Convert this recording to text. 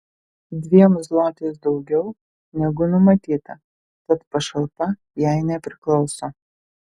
dviem zlotais daugiau negu numatyta tad pašalpa jai nepriklauso